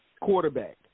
quarterback